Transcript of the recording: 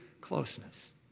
closeness